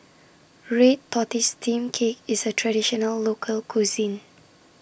Red Tortoise Steamed Cake IS A Traditional Local Cuisine